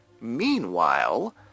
Meanwhile